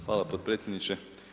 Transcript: Hvala potpredsjedniče.